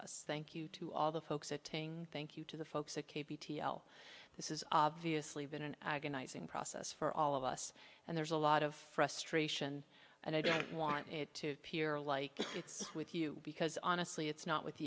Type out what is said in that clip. us thank you to all the folks at thank you to the folks at k b t l this is obviously been an agonizing process for all of us and there's a lot of frustration and i don't want it to appear like it's with you because honestly it's not with